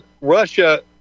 Russia